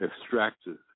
extracted